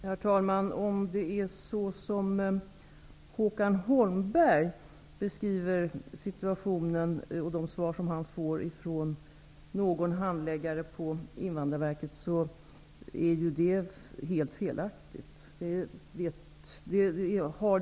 Herr talman! Håkan Holmbergs beskrivning av situationen efter de uppgifter han fått av någon handläggare på Invandrarverket är helt felaktig.